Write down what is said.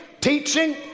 teaching